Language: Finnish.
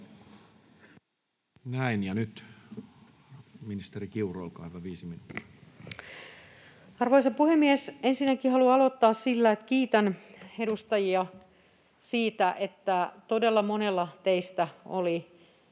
Arvoisa puhemies! Ensinnäkin haluan aloittaa sillä, että kiitän edustajia siitä, että todella monella teistä oli